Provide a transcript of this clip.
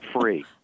free